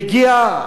והגיעה